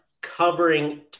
covering